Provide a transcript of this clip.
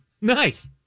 nice